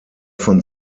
von